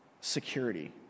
security